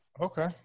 Okay